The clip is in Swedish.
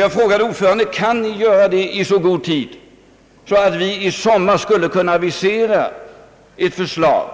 Jag frågade ordföranden: Kan utredningen få arbetet färdigt i så god tid att vi i sommar kan avisera ett förslag